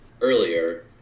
earlier